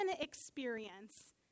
experience